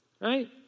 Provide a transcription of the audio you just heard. right